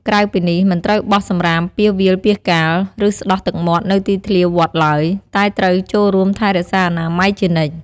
ក្រៅពីនេះមិនត្រូវបោះសំរាមពាសវាលពាសកាល ឬស្តោះទឹកមាត់នៅទីធ្លាវត្តឡើយ តែត្រូវចូលរួមថែរក្សាអនាម័យជានិច្ច។